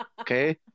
Okay